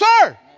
sir